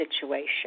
situation